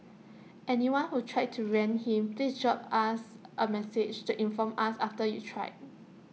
anyone who tried to rent him please drop us A message to inform us after you've tried